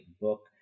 book